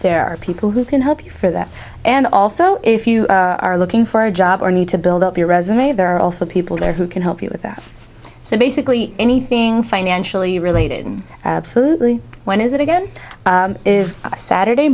there are people who can help you for that and also if you are looking for a job or need to build up your resume there are also people there who can help you with that so basically anything financially related when is it again is saturday